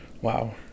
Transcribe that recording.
wow